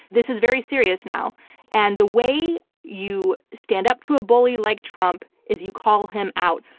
this is very serious now and the way you stand up to a bully like trump is you call him out.